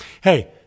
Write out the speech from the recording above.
Hey